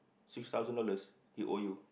six thousand dollars he owe you